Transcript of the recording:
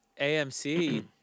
AMC –